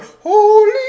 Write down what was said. holy